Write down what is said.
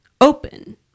open